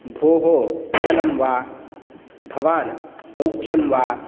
भोः कुशलं वा भवान् सौख्यं वा